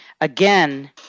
again